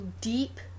deep